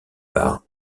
par